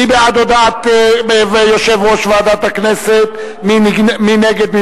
אתה שאלת בפירוט רב את כל הנושאים שמציקים לך כמייצג של